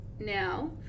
now